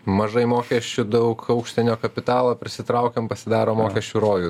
mažai mokesčių daug užsienio kapitalo prisitraukiam pasidarom mokesčių rojų